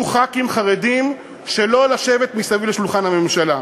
ח"כים חרדים שלא לשבת מסביב לשולחן הממשלה.